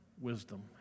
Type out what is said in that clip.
wisdom